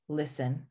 listen